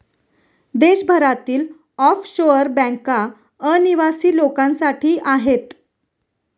देशभरातील ऑफशोअर बँका अनिवासी लोकांसाठी आहेत